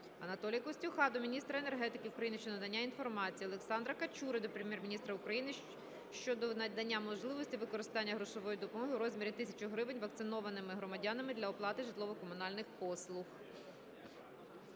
Анатолія Костюха до міністра енергетики України щодо надання інформації. Олександра Качури до Прем'єр-міністра України щодо надання можливості використання грошової допомоги у розмірі 1000 грн. вакцинованими громадянами для оплати житлово-комунальних послуг.